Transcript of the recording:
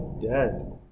dead